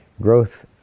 growth